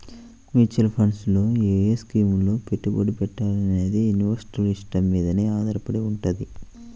mutual funds లో ఏ స్కీముల్లో పెట్టుబడి పెట్టాలనేది ఇన్వెస్టర్ల ఇష్టం మీదనే ఆధారపడి వుంటది